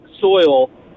soil